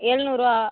எழ்நூறுருவா